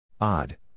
Odd